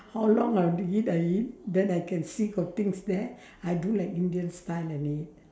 how long I have to eat I eat then I can see got things there I'll do like indian style and eat